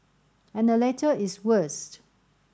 and the latter is worse